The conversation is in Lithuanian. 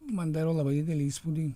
man daro labai didelį įspūdį